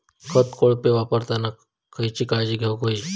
खत कोळपे वापरताना खयची काळजी घेऊक व्हयी?